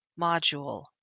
module